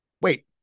Wait